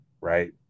right